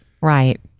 Right